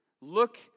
Look